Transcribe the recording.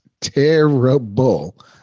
terrible